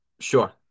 Sure